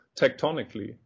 tectonically